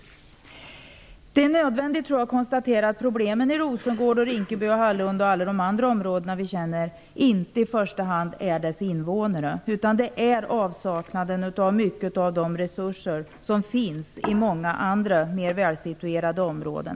Jag tror att det är nödvändigt att konstatera att problemen i Rosengård, Rinkeby, Hallunda och andra områden som vi känner till i första hand inte är deras invånare, utan det handlar mycket om avsaknaden av resurser som finns i många andra mer välsituerade områden.